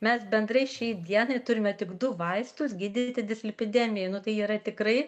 mes bendrai šiai dienai turime tik du vaistus gydyti dislipidemijai nu tai yra tikrai